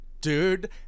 dude